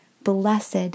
blessed